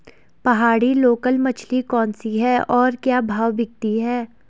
पहाड़ी लोकल मछली कौन सी है और क्या भाव बिकती है?